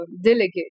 delegate